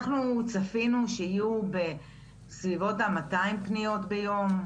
אנחנו צפינו שיהיו בסביבות המאתיים פניות ביום,